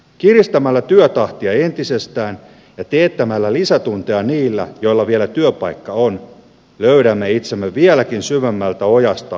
kiristämällä työtahtia entisestään ja teettämällä lisätunteja niillä joilla vielä työpaikka on löydämme itsemme vieläkin syvemmältä ojasta kuin nyt